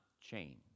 change